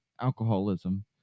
alcoholism